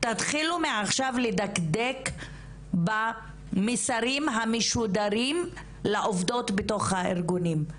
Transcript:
תתחילו מעכשיו לדקדק במסרים המשודרים לעובדות בתוך הארגונים.